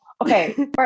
Okay